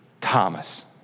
Thomas